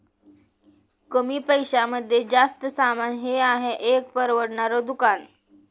कमी पैशांमध्ये जास्त सामान हे आहे एक परवडणार दुकान